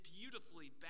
beautifully